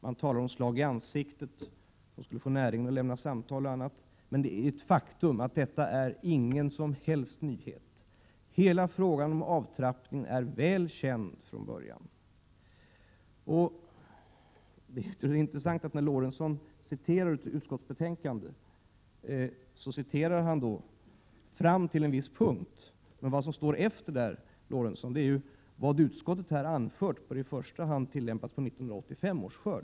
Man talar om slag i ansiktet som skulle få näringen att lämna överläggningar och annat. Men ett faktum är att detta inte är någon som helst nyhet. Hela frågan om en avtrappning är väl känd från början. Det är intressant att när Sven Eric Lorentzon citerar ur utskottsbetänkandet, gör han det fram till en viss punkt. Men vad som står därefter är: Vad utskottet här anfört bör i första hand tillämpas på 1985 års skörd.